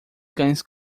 cães